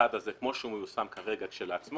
שהצעד הזה כמו שהוא מיושם כרגע כשלעצמו